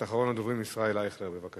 אחרון הדוברים, חבר הכנסת ישראל אייכלר, בבקשה.